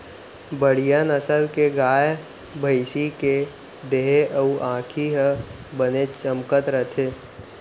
बड़िहा नसल के गाय, भँइसी के देहे अउ आँखी ह बने चमकत रथे